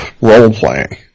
role-playing